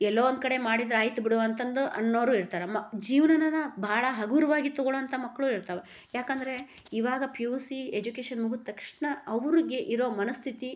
ಎಲ್ಲೋ ಒಂದು ಕಡೆ ಮಾಡಿದ್ರಾಯ್ತು ಬಿಡು ಅಂತಂದು ಅನ್ನೋವ್ರು ಇರ್ತಾರೆ ಮ್ ಜೀವನನ ಭಾಳ ಹಗುರವಾಗಿ ತಗೊಳೋ ಅಂಥ ಮಕ್ಕಳು ಇರ್ತಾವೆ ಯಾಕಂದರೆ ಇವಾಗ ಪಿ ಯು ಸಿ ಎಜುಕೇಶನ್ ಮುಗಿದ್ ತಕ್ಷಣ ಅವ್ರಿಗೆ ಇರೊ ಮನಸ್ಥಿತಿ